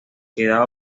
quedaba